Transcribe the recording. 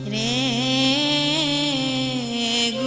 a